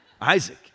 Isaac